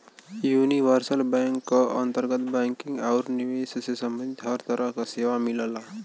universal bank क अंतर्गत banking आउर निवेश से सम्बंधित हर तरह क सेवा मिलला